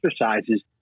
exercises